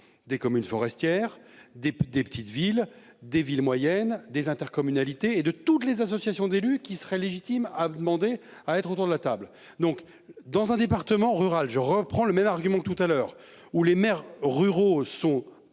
Des communes forestières des des petites villes, de villes moyennes des intercommunalités et de toutes les associations d'élus qui serait légitime a demandé à être autour de la table donc dans un département rural, je reprends le même argument que tout à l'heure où les maires ruraux sont